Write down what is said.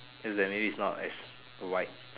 it's just that maybe is not as wide